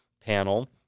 panel